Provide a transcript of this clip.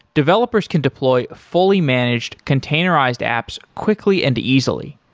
developers can deploy fully managed containerized apps quickly and easily.